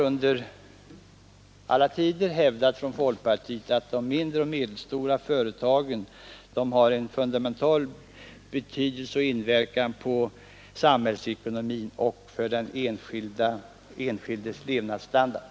Från folkpartiet har vi i alla tider hävdat att de mindre och medelstora företagen har en fundamental betydelse för och inverkan på samhällsekonomin och den enskildes levnadsstandard.